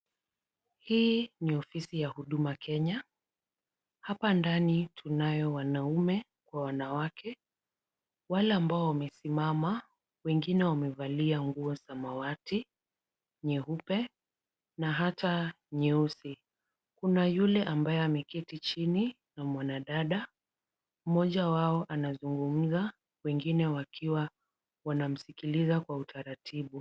Hii ni ofisi ya huduma Kenya. Hapa ndani tunayo wanaume kwa wanawake. Wale ambao wamesimama wengine wamevalia nguo samawati, nyeupe na hata nyeusi. Kuna yule ambaye ameketi chini na mwanadada. Mmoja wao anazungumza wengine wakiwa wanamsikiliza kwa utaratibu.